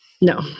No